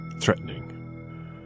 threatening